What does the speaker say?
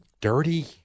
dirty